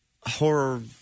horror